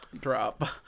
drop